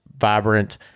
vibrant